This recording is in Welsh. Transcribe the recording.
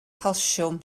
calsiwm